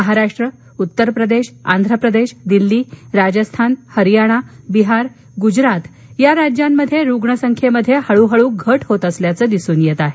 महाराष्ट्र उत्तर प्रदेश आंध्र प्रदेश दिल्ली राजस्थान हरियाणा बिहार गुजरात या राज्यांमध्ये रुग्णसंख्येमध्ये हळूहळू घट होत असल्याचं दिसून येत आहे